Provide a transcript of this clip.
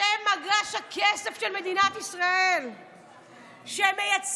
שאוהבים את מדינת ישראל ואת מגילת